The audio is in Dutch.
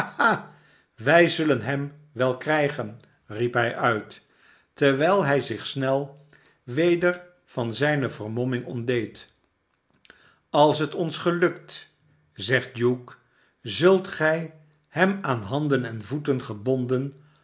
wij zullen hem wel krijgen riep hij uit terwijl hij zich snel weder van zijne vermomming ontdeed als het ons gelukt zegt hugh zult gij hem aan handen en voeten gebonden